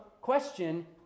question